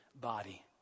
body